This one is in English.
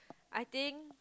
I think